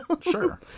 sure